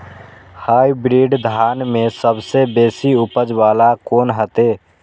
Hybrid धान में सबसे बेसी उपज बाला कोन हेते?